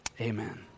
amen